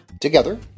Together